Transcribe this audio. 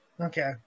okay